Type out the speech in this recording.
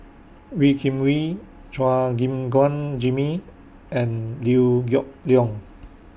Wee Kim Wee Chua Gim Guan Jimmy and Liew Geok Leong